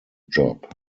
job